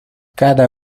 cada